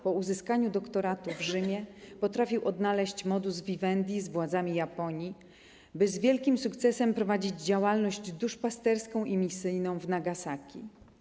Po uzyskaniu doktoratu w Rzymie potrafił odnaleźć modus vivendi z władzami Japonii, by z wielkim sukcesem prowadzić działalność duszpasterską i misyjną w Nagasaki.